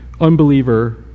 unbeliever